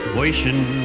wishing